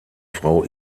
frau